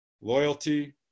loyalty